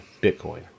Bitcoin